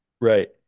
Right